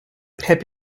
heb